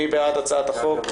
מי בעד הצעת החוק?